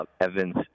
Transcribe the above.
Evans